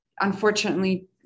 unfortunately